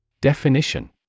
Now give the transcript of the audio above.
Definition